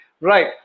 Right